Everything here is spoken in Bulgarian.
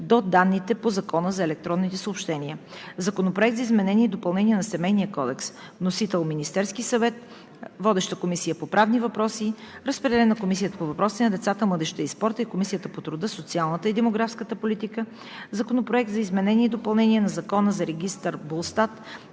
до данните по Закона за електронните съобщения. Законопроект за изменение и допълнение на Семейния кодекс. Вносител е Министерският съвет. Водеща е Комисията по правни въпроси. Разпределен е на Комисията по въпросите на децата, младежта и спорта и Комисията по труда, социалната и демографската политика. Законопроект за изменение и допълнение на Закона за регистъра